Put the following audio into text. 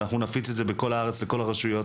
שאנחנו נפיץ את זה בכל הארץ לכל הרשויות.